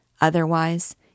Otherwise